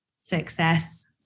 success